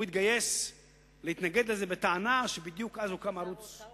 הוא התנגד לזה בטענה שבדיוק הוקם ערוץ-2